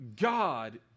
God